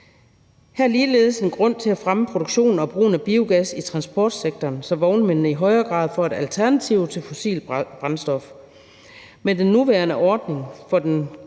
er ligeledes en grund til at fremme produktionen og brugen af biogas i transportsektoren, så vognmændene i højere grad får et alternativ til fossilt brændstof. Med den nuværende ordning for den